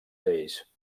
lleis